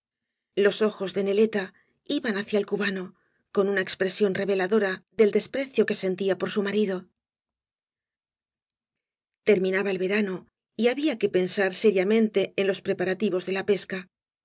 los ojos de neleta iban hacia el cubano con una expresión reveladora del desprecio que sentía por su marido terminaba el verano y había que pensar seriamente en los preparativos de la pesca